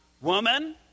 Woman